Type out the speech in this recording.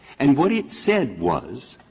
and what it said was,